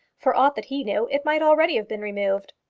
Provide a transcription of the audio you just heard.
for aught that he knew, it might already have been removed.